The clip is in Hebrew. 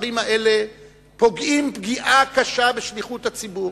הדברים האלה פוגעים פגיעה קשה בשליחות הציבור.